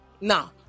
Now